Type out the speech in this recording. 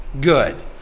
good